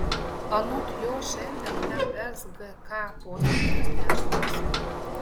anot jo šiandien nsgk posėdis bus tęsiamas